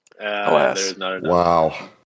Wow